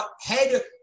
head